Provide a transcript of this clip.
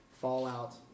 Fallout